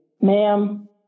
Ma'am